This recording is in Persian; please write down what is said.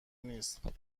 نیست